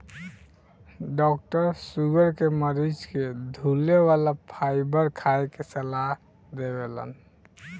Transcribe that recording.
doctor sugar के मरीज के धुले वाला फाइबर खाए के सलाह देवेलन